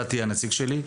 אתה תהיה הנציג שלי,